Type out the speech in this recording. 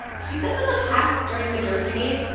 she says in the past during the derby days,